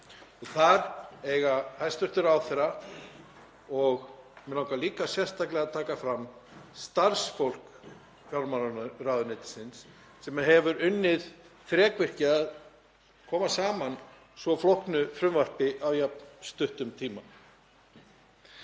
Þar eru það hæstv. ráðherra og, sem mig langar sérstaklega að taka fram, starfsfólk fjármálaráðuneytisins sem hefur unnið þrekvirki við að koma saman svo flóknu frumvarpi á jafn stuttum tíma.